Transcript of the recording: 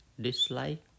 dislike